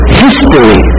history